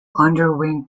underwing